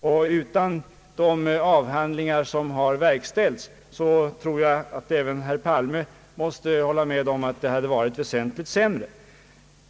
Utan många av de avhandlingar som har framlagts under årens lopp skulle nog — och det tror jag att även herr Palme måste hålla med om — framstegstakten ha varit betydligt sämre.